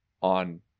on